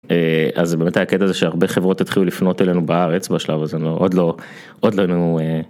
אז באמת הקטע זה שהרבה חברות התחילו לפנות אלינו בארץ בשלב הזה לא עוד לא עוד לנו.